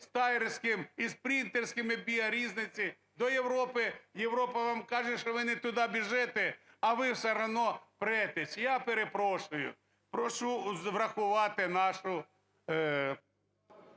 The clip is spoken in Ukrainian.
стаєрським і спринтерським ….…….. до Європи. Європа вам каже, що ви не туди біжите, а ви все одно претесь. Я перепрошую, прошу врахувати нашу…